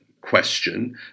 question